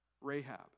Rahab